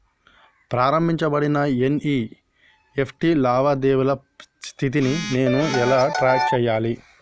ప్రారంభించబడిన ఎన్.ఇ.ఎఫ్.టి లావాదేవీల స్థితిని నేను ఎలా ట్రాక్ చేయాలి?